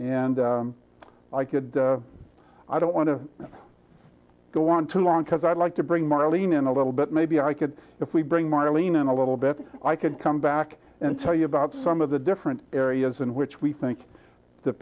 and i could i don't want to go on too long because i'd like to bring marlene in a little bit maybe i could if we bring marlene in a little bit if i could come back and tell you about some of the different areas in which we think the